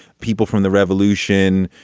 people from the revolution,